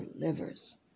delivers